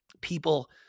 people